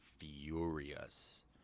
furious